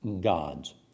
gods